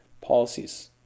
policies